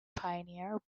pioneer